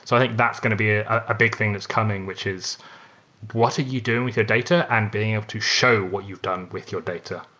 so i think that's going to be a big thing that's coming, which is what are you doing with your data and being able to show what you've done with your data.